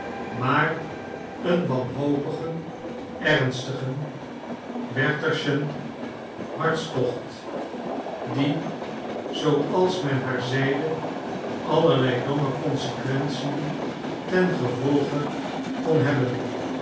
maar een wanhopigen ernstigen wertherschen hartstocht die zooals men haar zeide allerlei domme consequentiën tengevolge kon hebben